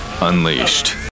Unleashed